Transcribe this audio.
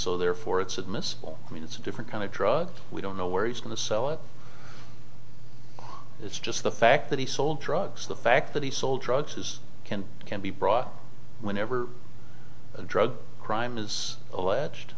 so therefore it's admissible i mean it's a different kind of drug we don't know where he's going to sell it it's just the fact that he sold drugs the fact that he sold drugs as can can be brought whenever drug crime is alleged